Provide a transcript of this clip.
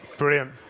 Brilliant